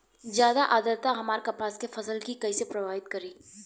ज्यादा आद्रता हमार कपास के फसल कि कइसे प्रभावित करी?